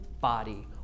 body